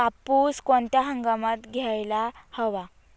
कापूस कोणत्या हंगामात घ्यायला हवा?